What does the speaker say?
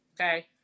okay